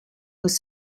was